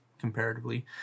comparatively